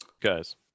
guys